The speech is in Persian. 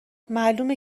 معلومه